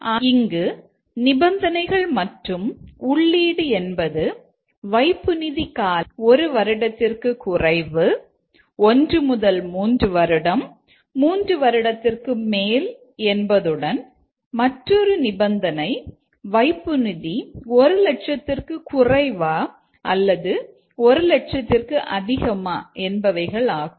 ஆகவே இங்கு நிபந்தனைகள் மற்றும் உள்ளீடு என்பது வைப்பு நிதி காலம் ஒரு வருடத்திற்கு குறைவு ஒன்று முதல் மூன்று வருடம் மூன்று வருடத்திற்கு மேல் என்பதுடன் மற்றொரு நிபந்தனை வைப்பு நிதி ஒரு லட்சத்திற்கு குறைவா அல்லது ஒரு லட்சத்திற்கு அதிகமா என்பவைகளாகும்